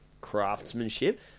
craftsmanship